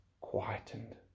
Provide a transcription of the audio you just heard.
quietened